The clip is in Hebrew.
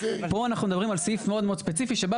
פה אנחנו מדברים על סעיף מאוד מאוד ספציפי שבא